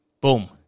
boom